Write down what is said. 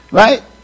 right